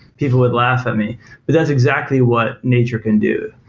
people would laugh at me but that's exactly what nature can do.